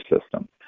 system